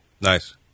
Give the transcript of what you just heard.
Nice